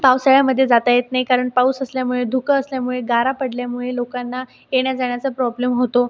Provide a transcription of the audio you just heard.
पावसाळ्यामध्ये जाता येत नाही कारण पाऊस असल्यामुळे धुकं असल्यामुळे गारा पडल्यामुळे लोकांना येण्याजाण्याचा प्रॉब्लेम होतो